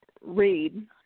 read